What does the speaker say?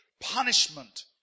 punishment